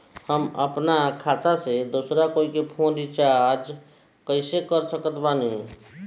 हम अपना खाता से दोसरा कोई के फोन रीचार्ज कइसे कर सकत बानी?